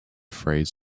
phrase